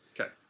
Okay